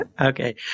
Okay